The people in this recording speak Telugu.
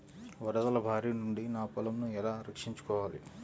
వరదల భారి నుండి నా పొలంను ఎలా రక్షించుకోవాలి?